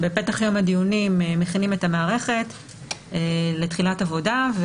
בפתח יום הדיונים מכינים את המערכת לתחילת עבודה.